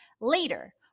Later